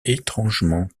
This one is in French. étrangement